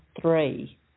three